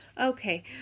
Okay